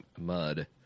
mud